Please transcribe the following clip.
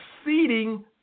exceeding